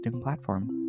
platform